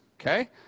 okay